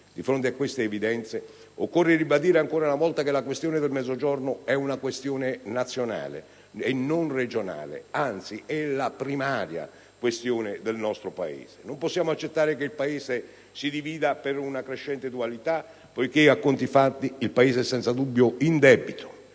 Di fronte a queste evidenze, occorre ribadire ancora una volta che la questione del Mezzogiorno è questione nazionale, non regionale, anzi, è primaria per il nostro Paese. Non possiamo accettare che il Paese si divida per una crescente dualità, poiché a conti fatti esso è senza dubbio in debito